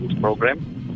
program